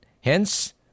Hence